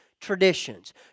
traditions